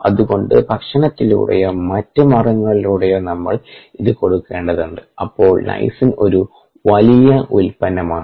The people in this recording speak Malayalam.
അത്കൊണ്ട് ഭക്ഷണത്തിലൂടെയോ മറ്റ് മാർഗങ്ങളിലൂടെയോ നമ്മൾ ഇത് കൊടുക്കേണ്ടതുണ്ട് അപ്പോൾ ലൈസിൻ ഒരു വലിയ ഉൽപ്പന്നമാണ്